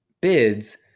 bids